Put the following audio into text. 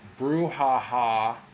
brouhaha